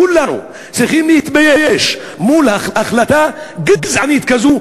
כולנו צריכים להתבייש מול החלטה גזענית כזאת.